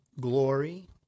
Glory